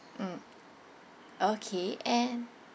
mm okay and